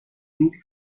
دوگ